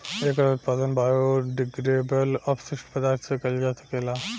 एकर उत्पादन बायोडिग्रेडेबल अपशिष्ट पदार्थ से कईल जा सकेला